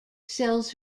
sells